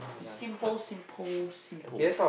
simple simple simple